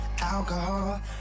alcohol